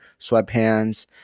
sweatpants